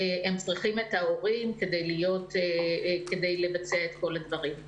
הם צריכים את ההורים כדי לבצע את כל הדברים.